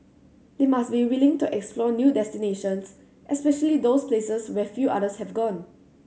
they must be willing to explore new destinations especially those places where few others have gone